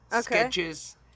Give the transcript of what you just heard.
sketches